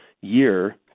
year